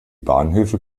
bahnhöfe